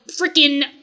freaking